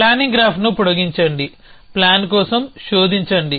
planning గ్రాఫ్ను పొడిగించండి plan కోసం శోధించండి